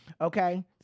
Okay